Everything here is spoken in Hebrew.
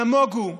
נמוגו.